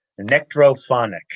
nectrophonic